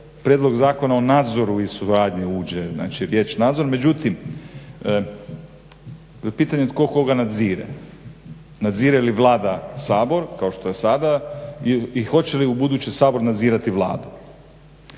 Prijedlog zakona o nadzoru i suradnji uđe, znači riječ nadzor, međutim pitanje je tko koga nadzire. Nadzire li Vlada Sabor kao što je sada i hoće li ubuduće Sabor nadzirati Vladu.